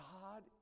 God